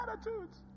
attitudes